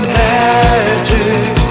magic